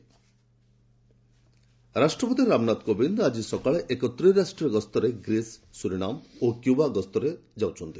president visit ରାଷ୍ଟ୍ରପତି ରାମନାଥ କୋବିନ୍ଦ ଆଜି ସକାଳେ ଏକ ତ୍ରିରାଷ୍ଟ୍ରୀୟ ଗସ୍ତରେ ଗ୍ରୀସ୍ ସୁରିନାମ୍ ଓ କ୍ୟୁବା ଗସ୍ତରେ କରୁଛନ୍ତି